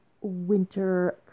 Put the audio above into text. winter